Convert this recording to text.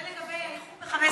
זה לגבי האיחור ב-15 דקות.